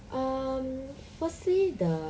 um firstly the